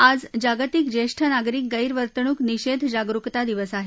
आज जागतिक ज्येष्ठ नागरिक गैरवर्तणूक निषेध जागरुकता दिवस आहे